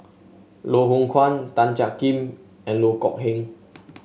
Loh Hoong Kwan Tan Jiak Kim and Loh Kok Heng